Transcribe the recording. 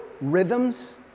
rhythms